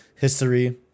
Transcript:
history